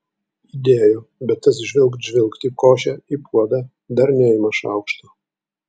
įdėjo bet tas žvilgt žvilgt į košę į puodą dar neima šaukšto